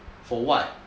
for what